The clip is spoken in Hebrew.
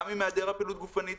גם עם היעדר פעילות גופנית,